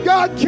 God